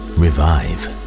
revive